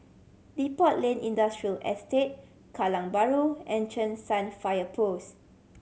Depot Lane Industrial Estate Kallang Bahru and Cheng San Fire Post